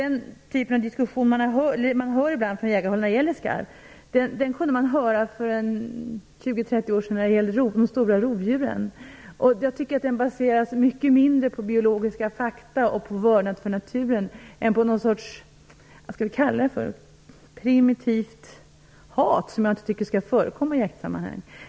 Den typen av diskussion som förs när det gäller skarv kunde man höra för 20-30 år sedan när det gällde de stora rovdjuren. Diskussionen baseras mycket mindre på biologiska fakta och vördnad för naturen än på någon sorts primitivt hat som jag inte tycker skall få förekomma i jaktsammanhang.